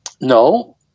No